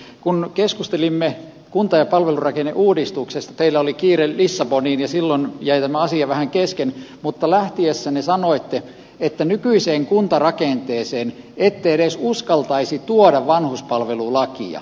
kun keskustelimme kunta ja palvelurakenneuudistuksesta teillä oli kiire lissaboniin ja silloin jäi tämä asia vähän kesken mutta lähtiessänne sanoitte että nykyiseen kuntarakenteeseen ette edes uskaltaisi tuoda vanhuspalvelulakia